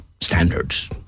standards